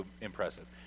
impressive